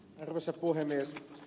arvoisa puhemies